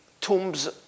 tombs